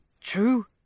true